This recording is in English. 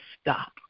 stop